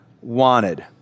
wanted